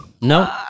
no